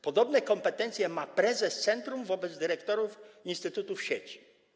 Podobne kompetencje ma prezes centrum wobec dyrektorów instytutów sieci.